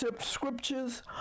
scriptures